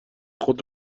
خود